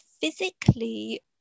physically